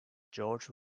george